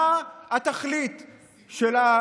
מה התכלית של,